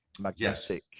magnetic